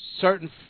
certain